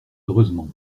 heureusement